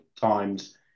times